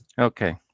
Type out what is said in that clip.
Okay